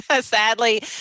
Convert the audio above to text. sadly